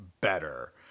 better